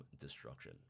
destruction